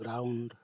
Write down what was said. ground